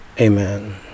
Amen